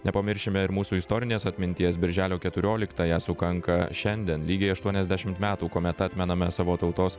nepamiršime ir mūsų istorinės atminties birželio keturioliktąją sukanka šiandien lygiai aštuoniasdešimt metų kuomet atmename savo tautos